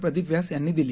प्रदीप व्यास यांनी दिली